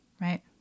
right